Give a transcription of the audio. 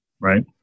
right